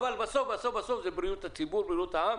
אבל בסוף זה בריאות הציבור, בריאות העם,